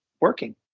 working